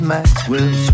Maxwell